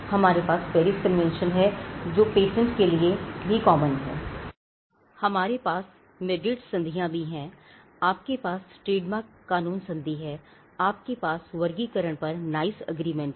हमारे पास Paris convention है जो पेटेंट के लिए भी कॉमन है और हमारे पास मेड्रिड भी हैं